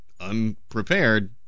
unprepared